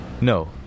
No